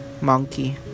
Monkey